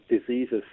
diseases